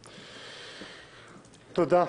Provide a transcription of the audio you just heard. תודה.